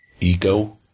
ego